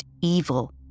evil